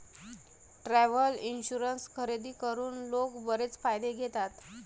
travel insurance खरेदी करून लोक बरेच फायदे घेतात